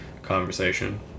Conversation